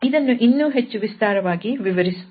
ಇದನ್ನು ಇನ್ನೂ ಹೆಚ್ಚು ವಿಸ್ತಾರವಾಗಿ ವಿವರಿಸುತ್ತೇನೆ